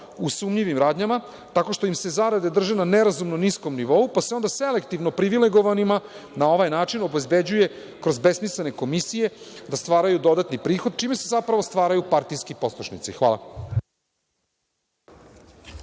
u sumnjivim radnjama tako što im se zarade drže na nerazumno niskom nivou pa se onda selektivno privilegovanima na ovaj način obezbeđuje kroz besmislene komisije da stvaraju dodatni prihod, čime se zapravo stvaraju partijski poslušnici. Hvala.